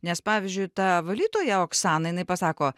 nes pavyzdžiui ta valytoja oksana jinai pasako